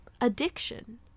addiction